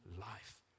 life